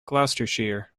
gloucestershire